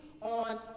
on